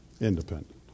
Independent